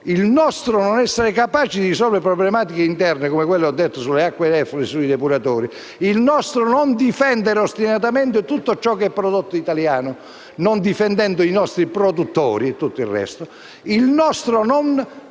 il nostro non essere capaci di risolvere problematiche interne, come quelle delle acque reflue e dei depuratori; la nostra incapacità di difendere ostinatamente tutto ciò che è prodotto italiano, non difendendo i nostri produttori e tutto il resto;